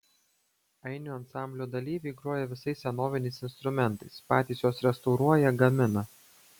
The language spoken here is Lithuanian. ainių ansamblio dalyviai groja visais senoviniais instrumentais patys juos restauruoja gamina